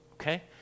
Okay